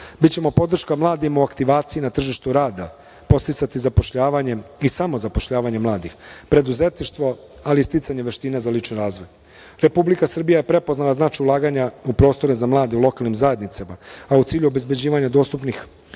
Bićemo podrška mladima u aktivaciji na tržištu rada podsticati zapošljavanje i samozapošljavanje mladih, preduzetništvo, ali i sticanje veština za lični razvoj. Republika Srbija je prepoznala značaj ulaganja u prostor za mlade u lokalnim zajednicama, a u cilju obezbeđivanja dostupnih